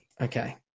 Okay